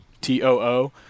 T-O-O